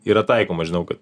yra taikoma žinau kad